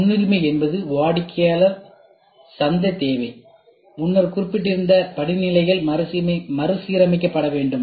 முன்னுரிமை என்பது வாடிக்கையாளர் சந்தை தேவை முன்னர் குறிப்பிட்டிருந்த படிநிலைகளில் மறுசீரமைக்கப்பட வேண்டும்